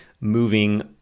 moving